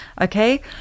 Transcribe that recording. Okay